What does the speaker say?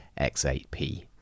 x8p